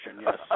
Yes